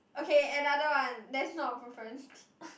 okay another one that's not profanity